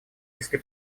если